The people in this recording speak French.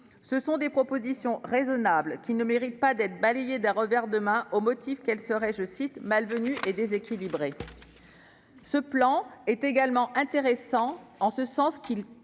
Ce sont des propositions raisonnables, qui ne méritent pas d'être balayées d'un revers de main au motif qu'elles seraient « malvenues et déséquilibrées ». Ce plan est également intéressant en ce sens qu'il